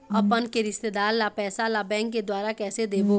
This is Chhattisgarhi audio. अपन के रिश्तेदार ला पैसा ला बैंक के द्वारा कैसे देबो?